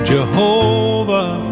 Jehovah